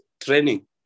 training